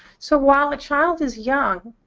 so while a child is young,